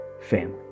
family